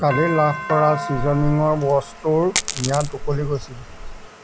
কালি লাভ কৰা ছিজনিঙৰ বস্তুৰ ম্যাদ উকলি গৈছিল